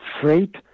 freight